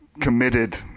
committed